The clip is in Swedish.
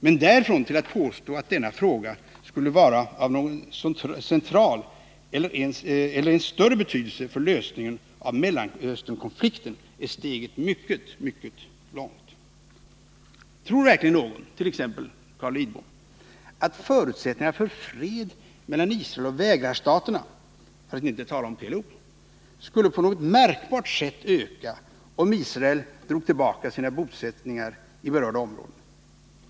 Men därifrån till att påstå att denna fråga skulle vara av någon central eller ens större betydelse för lösningen av Mellanösternkonflikten är steget mycket, mycket långt. Tror verkligen någon, t.ex. Carl Lidbom, att förutsättningarna för fred mellan Israel och vägrarstaterna — för att inte tala om PLO — skulle på något märkbart sätt öka, om Israel drog tillbaka sina bosättningar i berörda områden?